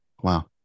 Wow